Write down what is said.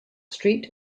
street